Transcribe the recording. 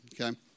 okay